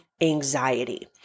anxiety